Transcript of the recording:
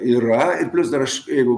yra ir plius dar aš jeigu